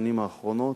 בשנים האחרונות,